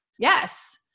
Yes